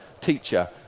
teacher